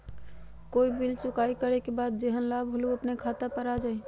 कोई बिल चुकाई करे के बाद जेहन लाभ होल उ अपने खाता पर आ जाई?